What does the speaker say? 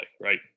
right